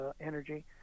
energy